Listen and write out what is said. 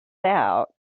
out